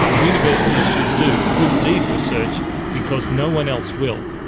universities should do good deed research because no one else will.